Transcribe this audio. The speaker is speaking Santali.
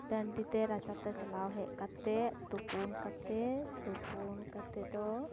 ᱴᱟᱺᱰᱤ ᱛᱮ ᱨᱟᱪᱟ ᱛᱮ ᱪᱟᱞᱟᱣ ᱦᱮᱡ ᱠᱟᱛᱮ ᱛᱳᱯᱳᱱ ᱠᱟᱛᱮ ᱛᱳᱯᱳᱱ ᱠᱟᱛᱮ ᱫᱚ